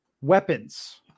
Weapons